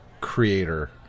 creator